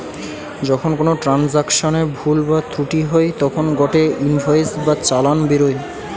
যখন কোনো ট্রান্সাকশনে ভুল বা ত্রুটি হই তখন গটে ইনভয়েস বা চালান বেরোয়